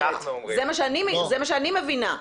זה מה שאני מבינה.